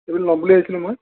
এই বেলি ল'ম বুলি ভাবিছিলোঁ মই